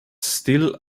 still